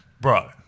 Bro